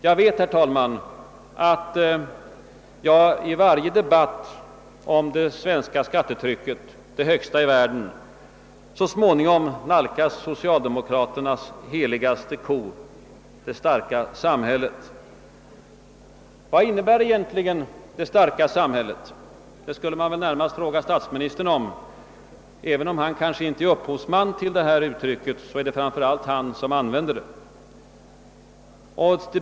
Jag vet, herr talman, att jag i varje debatt om det svenska skattetrycket — det högsta i världen — så småningom nalkas socialdemokraternas heligaste ko, »det starka samhället». Vad innebär egentligen »det starka samhället»? Det skulle man väl närmast fråga statsministern om. Även om han kanske inte är upphovsman till detta uttryck är det framför allt han som använder det.